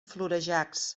florejacs